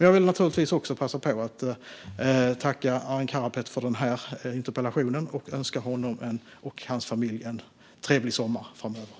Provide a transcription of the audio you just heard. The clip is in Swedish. Jag vill naturligtvis också passa på att tacka Arin Karapet för interpellationen och önska honom och hans familj en trevlig sommar framöver.